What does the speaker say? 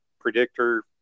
predictor